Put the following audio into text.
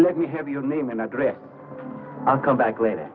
let me have your name and address i'll come back later